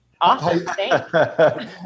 Awesome